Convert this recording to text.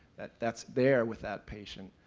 that that's there with that patient,